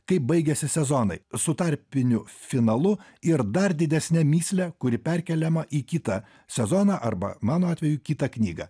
kaip baigiasi sezonai su tarpiniu finalu ir dar didesne mįsle kuri perkeliama į kitą sezoną arba mano atveju kitą knygą